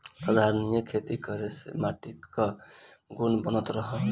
संधारनीय खेती करे से माटी कअ गुण बनल रहत हवे